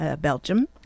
Belgium